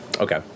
Okay